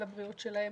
על הבריאות שלהם